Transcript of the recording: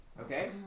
okay